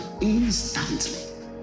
instantly